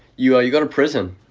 you you go to prison